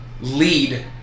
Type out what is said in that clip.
lead